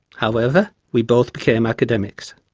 however, we both became academics.